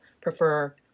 prefer